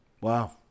Wow